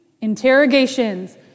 interrogations